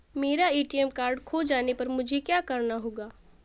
मेरा ATM card खो जाने पर मुझे क्या करना होगा?